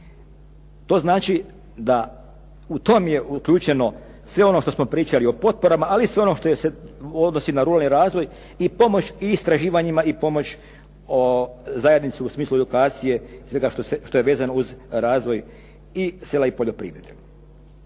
To znači da u tom je uključeno sve ono što smo pričali o potporama ali i sve ono što se odnosi na ruralni razvoj, i pomoć istraživanjima i pomoć zajednici u smislu edukacije i svega što je vezano uz razvoj i sela i poljoprivrede.